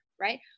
right